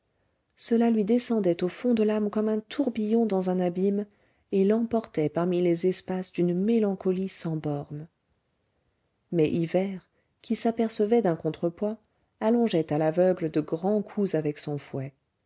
cela lui descendait au fond de l'âme comme un tourbillon dans un abîme et l'emportait parmi les espaces d'une mélancolie sans bornes mais hivert qui s'apercevait d'un contrepoids allongeait à l'aveugle de grands coups avec son fouet